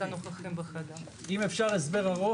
עוברים לגופים פרטיים ביחד עם המועצות הדתיות